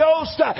ghost